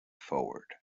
forward